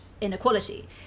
Inequality